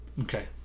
Okay